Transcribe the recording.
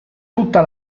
tutta